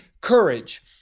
courage